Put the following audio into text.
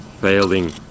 failing